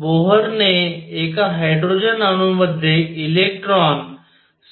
बोहरने एका हायड्रोजन अणूमध्ये इलेक्ट्रॉन